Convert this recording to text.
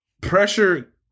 pressure